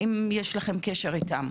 האם יש לכם קשר איתם?